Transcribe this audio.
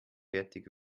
fertig